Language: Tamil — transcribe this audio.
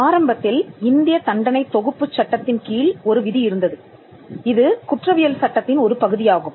ஆரம்பத்தில் இந்தியத் தண்டனை தொகுப்புச் சட்டத்தின்கீழ் ஒரு விதி இருந்தது இது குற்றவியல் சட்டத்தின் ஒரு பகுதியாகும்